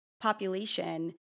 population